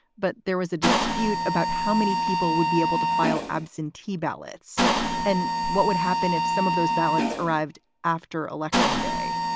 but there was a dispute about how many people would be able to file absentee ballots and what would happen if some of those ballots arrived after election day.